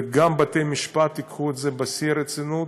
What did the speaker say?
וגם בתי-המשפט ייקחו את זה בשיא הרצינות,